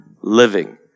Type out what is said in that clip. living